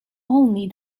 only